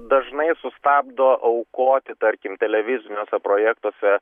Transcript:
dažnai sustabdo aukoti tarkim televiziniuose projektuose